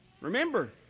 Remember